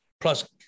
Plus